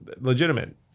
legitimate